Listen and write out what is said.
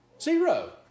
Zero